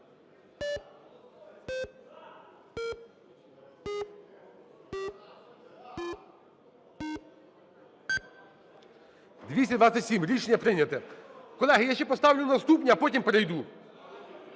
За-227 Рішення прийняте. Колеги, я ще поставлю наступні, а потім перейду.